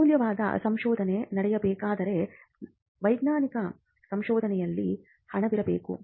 ಅಮೂಲ್ಯವಾದ ಸಂಶೋಧನೆ ನಡೆಯಬೇಕಾದರೆ ವೈಜ್ಞಾನಿಕ ಸಂಶೋಧನೆಯಲ್ಲಿ ಹಣವಿರಬೇಕು